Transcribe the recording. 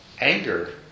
anger